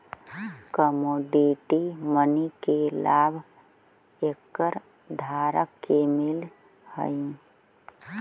commodity money के लाभ एकर धारक के मिलऽ हई